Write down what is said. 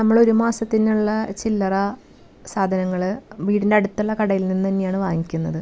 നമ്മളൊരു മാസത്തിനുള്ള ചില്ലറ സാധനങ്ങൾ വീടിനടുത്തുള്ള കടയിൽ നിന്ന് തന്നെയാണ് വാങ്ങിക്കുന്നത്